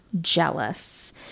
jealous